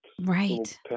Right